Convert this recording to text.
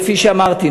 כפי שאמרתי,